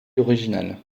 originale